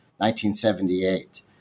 1978